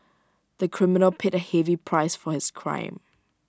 the criminal paid A heavy price for his crime